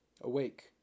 Awake